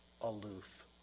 aloof